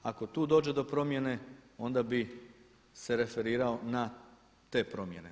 Ako tu dođe do promjene onda bi se referirao na te promjene.